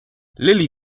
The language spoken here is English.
lily